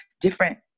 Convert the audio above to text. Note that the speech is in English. different